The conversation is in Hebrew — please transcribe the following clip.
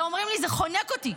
הם אומרים לי: זה חונק אותי,